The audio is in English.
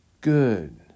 good